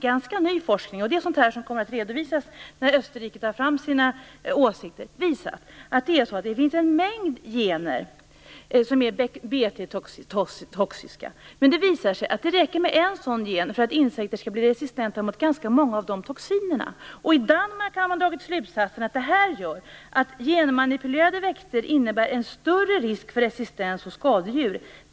Ganska ny forskning, som kommer att redovisas när Österrike tar fram sina åsikter, visar att det finns en mängd gener som är Bt-toxiska. Men det har visat sig att det räcker med en sådan gen för att insekter skall bli resistenta mot ganska många av de toxinerna. I Danmark har man dragit slutsatsen att detta gör att genmanipulerade växter innebär en ökad risk för resistens hos skadedjur.